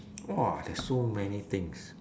!wah! there's so many things